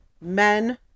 men